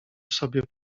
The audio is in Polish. sobie